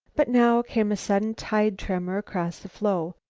but now came a sudden tide tremor across the floe.